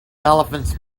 elephants